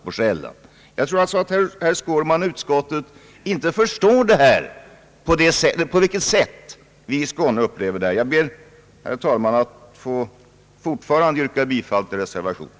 Jag tror inte att vare sig herr Skårman eller utskottet förstår på vilket sätt vi i Skåne upplever detta. Herr talman! Jag ber att fortfarande få yrka bifall till reservationen.